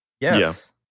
Yes